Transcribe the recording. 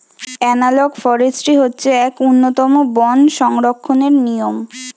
analogue forestry হচ্ছে এক উন্নতম বন সংরক্ষণের নিয়ম